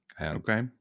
Okay